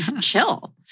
chill